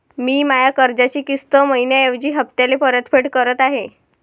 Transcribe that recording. मी माया कर्जाची किस्त मइन्याऐवजी हप्त्याले परतफेड करत आहे